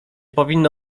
powinno